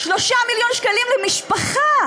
3 מיליון שקלים למשפחה,